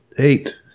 Eight